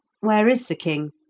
where is the king?